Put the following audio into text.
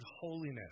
holiness